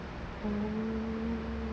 oh